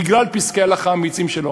בגלל פסקי ההלכה האמיצים שלו,